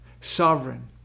Sovereign